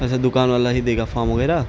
اچھا دکان والا ہی دے گا فام وغیرہ